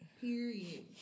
period